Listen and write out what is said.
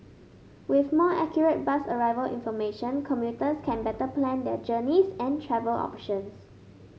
with more accurate bus arrival information commuters can better plan their journeys and travel options